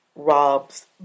Rob's